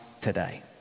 today